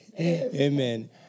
amen